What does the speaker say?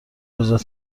اجازه